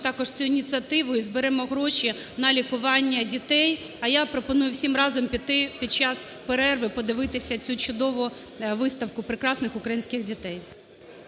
також цю ініціативу і зберемо гроші на лікування дітей. А я пропоную всім разом піти під час перерви, подивитися цю чудову виставку прекрасних українських дітей.